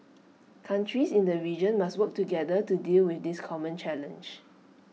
countries in the region must work together to deal with this common challenge